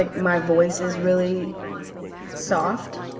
ah my voice is really soft